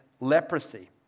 leprosy